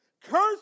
Cursed